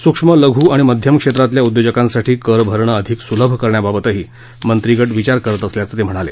सूक्ष्म लघु आणि मध्यम क्षेत्रातील उद्योजकांसाठी कर भरणं अधिक सुलभ करण्याबाबतही मंत्रीगट विचार करत असल्याचं ते म्हणाले